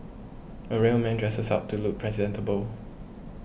a real man dresses up to look presentable